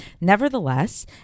nevertheless